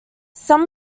some